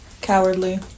cowardly